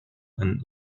and